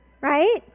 right